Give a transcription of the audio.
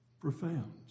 Profound